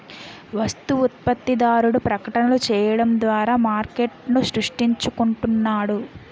వస్తు ఉత్పత్తిదారుడు ప్రకటనలు చేయడం ద్వారా మార్కెట్ను సృష్టించుకుంటున్నాడు